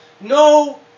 No